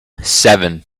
seven